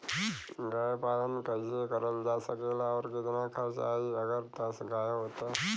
गाय पालन कइसे करल जा सकेला और कितना खर्च आई अगर दस गाय हो त?